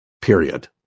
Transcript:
period